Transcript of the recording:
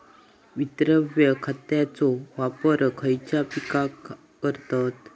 विद्राव्य खताचो वापर खयच्या पिकांका करतत?